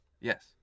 Yes